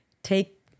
take